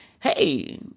hey